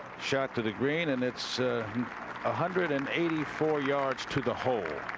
shot to the green. and it's a hundred and eighty-four yards to the hole.